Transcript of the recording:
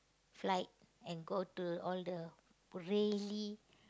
flight and go to all the really